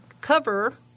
cover